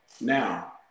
now